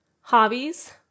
hobbies